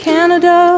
Canada